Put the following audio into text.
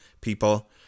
people